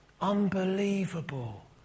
unbelievable